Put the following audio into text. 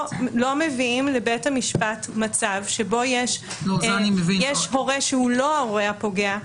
מביאים לבית המשפט מצב שבו יש הורה שהוא לא ההורה הפוגע,